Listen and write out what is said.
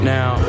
Now